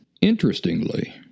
Interestingly